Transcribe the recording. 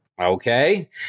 okay